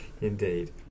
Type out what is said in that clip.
indeed